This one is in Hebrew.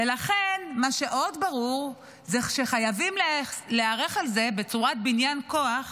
ולכן מה שעוד ברור זה שחייבים להיערך לזה בצורת בניין כוח